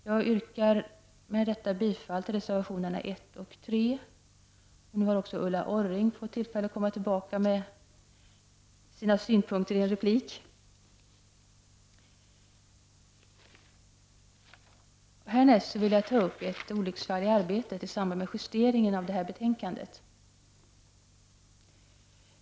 Jag yrkar med detta bifall till reservationerna 1 och 3. Nu har Ulla Orring fått tillfälle att komma tillbaka med sina synpunkter i en replik. Härnäst vill jag ta upp ett olycksfall i arbetet i samband med justeringen av detta betänkande.